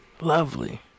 Lovely